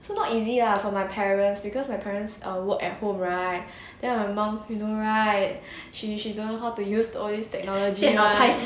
so not easy lah for my parents because my parents are work at home right then my mum you know right she she don't know how to use all these technology right